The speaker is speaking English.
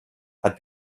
had